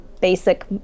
basic